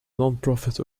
nonprofit